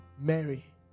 Mary